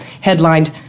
headlined